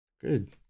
Good